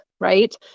Right